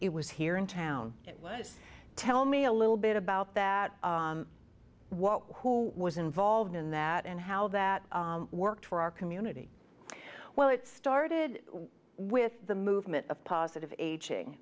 it was here in town tell me a little bit about that who was involved in that and how that worked for our community well it started with the movement of positive aging